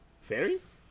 Fairies